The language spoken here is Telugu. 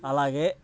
అలాగే